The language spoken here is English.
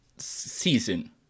Season